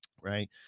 Right